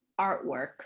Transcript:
artwork